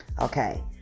Okay